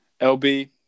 LB